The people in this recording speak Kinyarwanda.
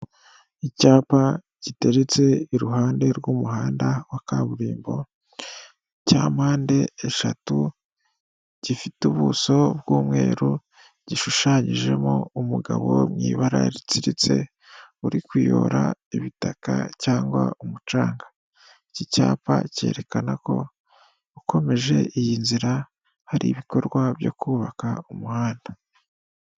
Icyapa giteretse iruhande rw'umuhanda wa kaburimbo cya mpande eshatu gifite ubuso bw'umweru gishushanyijemo umugabo mu ibara ritsiritse uri kuyora ibitaka cyangwa umucanga, iki cyapa cyerekana ko ukomeje iyi nzira hari ibikorwa byo kubaka umuhanda.